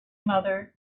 mother